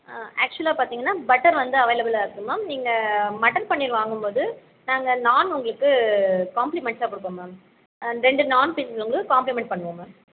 ஆ ஆக்ஷுவலாக பார்த்தீங்கன்னா பட்டர் வந்து அவைலபிளாக இருக்குது மேம் நீங்கள் மட்டர் பன்னீர் வாங்கும் போது நாங்கள் நான் உங்களுக்கு காம்ப்ளிமெண்ட்ஸ்ஸாக கொடுப்போம் மேம் ரெண்டு நாண் பீஸ்ஸஸ் வந்து காம்ப்ளிமெண்ட் பண்ணுவோம் மேம்